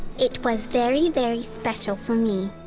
it was very, very special for me.